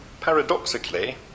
paradoxically